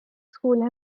school